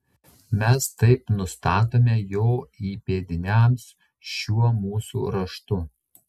mes taip nustatome jo įpėdiniams šiuo mūsų raštu